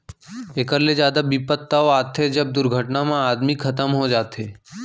एकर ले जादा बिपत तव आथे जब दुरघटना म आदमी खतम हो जाथे